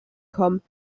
kommen